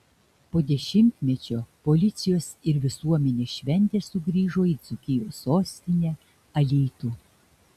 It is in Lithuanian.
po dešimtmečio policijos ir visuomenės šventė sugrįžo į dzūkijos sostinę alytų